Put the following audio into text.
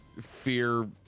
fear